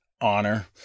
honor